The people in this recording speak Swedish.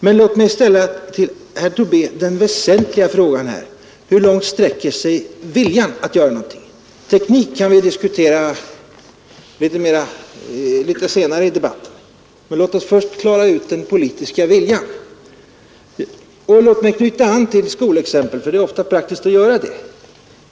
Men låt mig till herr Tobé ställa den väsentliga frågan: Hur långt sträcker sig viljan att göra någonting? Teknik kan vi diskutera litet senare i debatten, men låt oss först klara ut den politiska viljan. Låt mig knyta an till skolexemplet, ty det är ofta praktiskt att göra det.